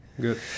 Good